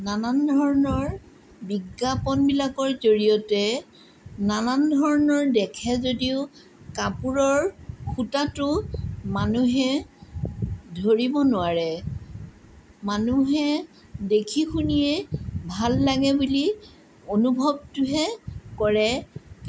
নানান ধৰণৰ বিজ্ঞাপনবিলাকৰ জৰিয়তে নানান ধৰণৰ দেখে যদিও কাপোৰৰ সূতাটো মানুহে ধৰিব নোৱাৰে মানুহে দেখি শুনিয়ে ভাল লাগে বুলি অনুভৱটোহে কৰে